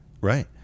Right